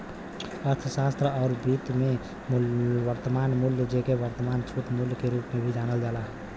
अर्थशास्त्र आउर वित्त में, वर्तमान मूल्य, जेके वर्तमान छूट मूल्य के रूप में भी जानल जाला